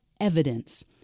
evidence